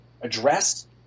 address